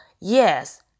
yes